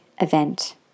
event